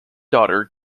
daughter